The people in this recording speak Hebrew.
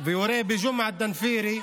ויורה בג'ומעה אל-דנפירי,